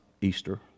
Easter